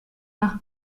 nach